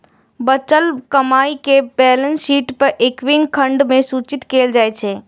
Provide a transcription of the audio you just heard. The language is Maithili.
बचल कमाइ कें बैलेंस शीट मे इक्विटी खंड मे सूचित कैल जाइ छै